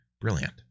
brilliant